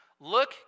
look